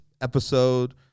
episode